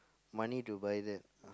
money to buy that